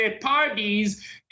parties